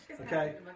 okay